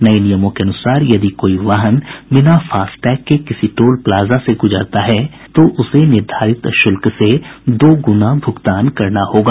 नये नियमों के अनुसार यदि कोई वाहन बिना फास्टैग के किसी टोल प्लाजा से गुजरता है तो उसे निर्धारित शुल्क से दोगुना भुगतान करना पड़ेगा